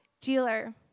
dealer